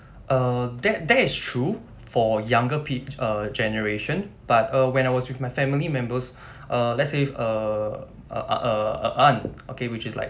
err that that's true for younger pe~ uh generation but uh when I was with my family members err let's say if err uh err a aunt which is like